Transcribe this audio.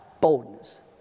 boldness